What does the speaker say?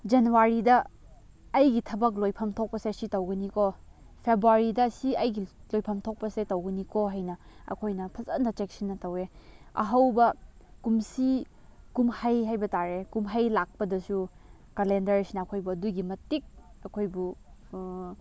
ꯖꯅꯋꯥꯔꯤꯗ ꯑꯩꯒꯤ ꯊꯕꯛ ꯂꯣꯏꯐꯝ ꯊꯣꯛꯄꯁꯦ ꯁꯤ ꯇꯧꯒꯅꯤꯀꯣ ꯐꯦꯕꯋꯥꯔꯤꯗ ꯁꯤ ꯑꯩꯒꯤ ꯂꯣꯏꯐꯝ ꯊꯣꯛꯄꯁꯦ ꯇꯧꯒꯅꯤꯀꯣ ꯍꯥꯏꯅ ꯑꯩꯈꯣꯏꯅ ꯐꯖꯅ ꯆꯦꯛꯁꯤꯟꯅ ꯇꯧꯋꯦ ꯑꯍꯧꯕ ꯀꯨꯝꯁꯤ ꯀꯨꯝꯍꯩ ꯍꯥꯏꯕ ꯇꯥꯔꯦ ꯀꯨꯝꯍꯩ ꯂꯥꯛꯄꯗꯁꯨ ꯀꯂꯦꯟꯗꯔꯁꯤꯅ ꯑꯩꯈꯣꯏꯕꯨ ꯑꯗꯨꯒꯤ ꯃꯇꯤꯛ ꯑꯩꯈꯣꯏꯕꯨ